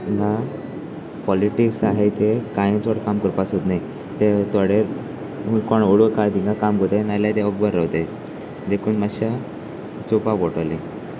हिंगा पॉलिटिक्स ते कांय चोड काम करपाक सोद नाय ते थोडे कोण ओडूं काय तिंगा काम करताय नाल्यार ते अखबर रावताय देखून मातशें चवपाक पडटोलें